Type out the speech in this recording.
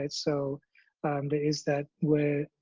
and so there is that where,